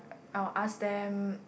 I will ask them